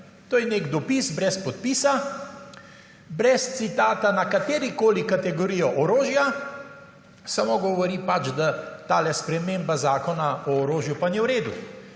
to je nek dopis brez podpisa, brez citata na katerikoli kategoriji orožja, samo govori, da ta sprememba Zakona o orožju pa ni v redu.